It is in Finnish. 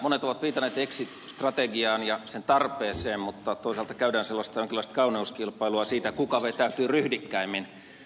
monet ovat viitannee exit strategiaan ja sen tarpeeseen mutta toisaalta käydään sellaista jonkinlaista kauneuskilpailua siitä kuka vetäytyy ryhdikkäimmin